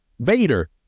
Vader